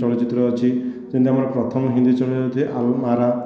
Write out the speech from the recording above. ଚଳଚିତ୍ର ଅଛି ଯେମିତି ଆମର ପ୍ରଥମ ହିନ୍ଦୀ ଚଳଚିତ୍ର ଆଲମାରା